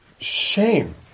shame